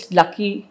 lucky